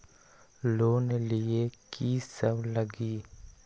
Loan लिए की सब लगी?